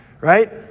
right